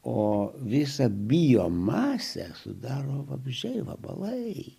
o visą biomasę sudaro vabzdžiai vabalai